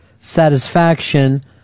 Satisfaction